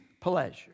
pleasure